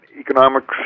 economics